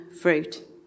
fruit